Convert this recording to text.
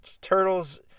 turtles